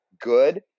good